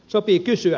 sopii kysyä